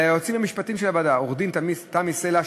ליועצים המשפטיים של הוועדה: עורכת-דין תמי סלע,